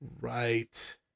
Right